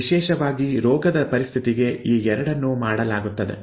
ವಿಶೇಷವಾಗಿ ರೋಗದ ಪರಿಸ್ಥಿತಿಗೆ ಈ ಎರಡನ್ನು ಮಾಡಲಾಗುತ್ತದೆ